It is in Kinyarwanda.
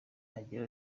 agira